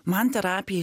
man terapija